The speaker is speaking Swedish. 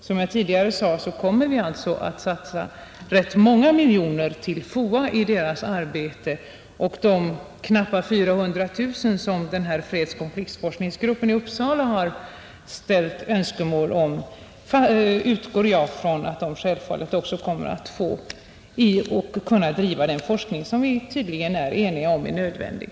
Som jag tidigare sade kommer vi att satsa rätt många miljoner på FOA ss arbete. Beträffande de knappa 400 000 som fredskonfliktforskningsgruppen i Uppsala har framställt önskemål om, utgår jag från att den kommer att få dessa medel för att bedriva den forskning som — och det är vi tydligen ense om — är nödvändig.